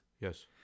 yes